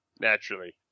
Naturally